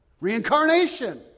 Reincarnation